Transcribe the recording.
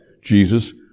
Jesus